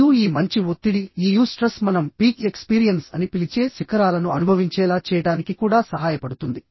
మరియు ఈ మంచి ఒత్తిడి ఈ యూస్ట్రెస్ మనం పీక్ ఎక్స్పీరియన్స్ అని పిలిచే శిఖరాలను అనుభవించేలా చేయడానికి కూడా సహాయపడుతుంది